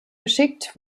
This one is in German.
geschickt